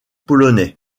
polonais